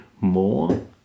more